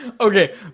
Okay